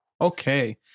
Okay